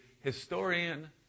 historian